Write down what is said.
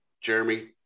Jeremy